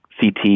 CT